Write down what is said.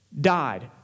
died